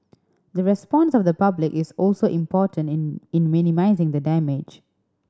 the response of the public is also important in in minimising the damage